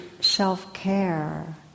self-care